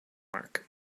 mark